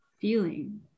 feeling